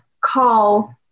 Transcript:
call